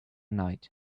night